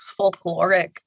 folkloric